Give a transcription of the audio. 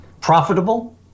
profitable